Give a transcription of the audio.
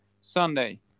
sunday